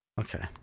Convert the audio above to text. Okay